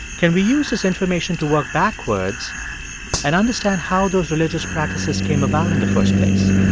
can we use this information to work backwards and understand how those religious practices came about in the first place?